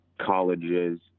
colleges